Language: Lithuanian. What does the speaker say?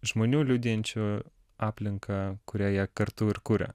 žmonių liudijančių aplinką kurioje kartu ir kuria